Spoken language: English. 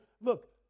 Look